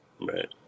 Right